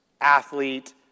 athlete